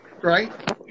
right